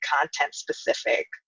content-specific